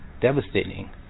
devastating